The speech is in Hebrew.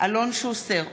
אלון נתן שוסטר,